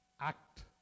act